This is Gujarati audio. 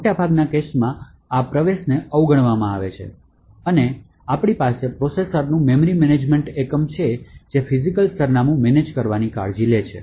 મોટાભાગના કેસોમાં આ પ્રવેશને અવગણવામાં આવે છે અને અમારી પાસે પ્રોસેસરનું મેમરી મેનેજમેન્ટ એકમ છે જે ફિજિકલ સરનામું મેનેજ કરવાની કાળજી લે છે